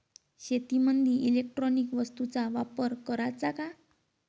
शेतीमंदी इलेक्ट्रॉनिक वस्तूचा वापर कराचा का?